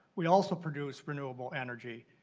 we also produce global energy.